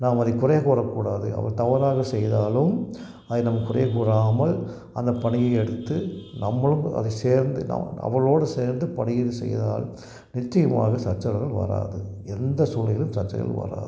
நாம் அதைக் குறையாக கூறக்கூடாது அவர் தவறாகச் செய்தாலும் அதை நாம் குறைக் கூறாமல் அந்தப் பணியை எடுத்து நம்மளும் அதைச் சேர்ந்து நாம் அவர்களோடு சேர்ந்து பணிகள் செய்தால் நிச்சயமாக சச்சரவுகள் வராது எந்த சூழ்நிலையிலும் சச்சரவு வராது